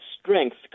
strength